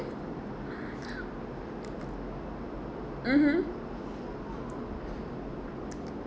mmhmm